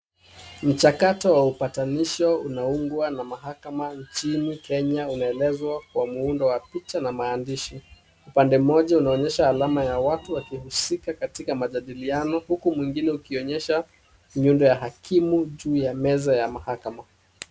Mchakato wa upatanisho unaungwa na mahakama nchini Kenya unaelezwa kwa muundo wa picha na maandishi. Upande moja unaonyesha alama ya watu wakihusika katika majadiliano huku mwingine ukionyesha muundo wa hakimu juu ya mahakama.